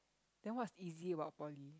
then what's easy about poly